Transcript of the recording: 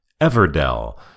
Everdell